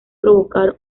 provocar